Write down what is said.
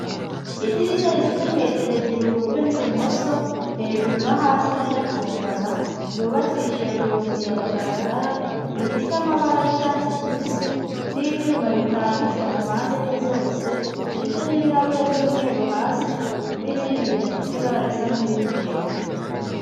Idirishya rifite metero ebyiri iburyo n'ibumoso, hejuru no hasi, rijya kungana ryubakishijwe ku nzu ya rukarakara. Rifite amabara y'icyatsi kibisi n'ibyuma bitambitse mu mpande enye zose, ndetse n'ibirahure by'umweru hasi n'ibindi bidafite ibara risa nk'irindi hejuru.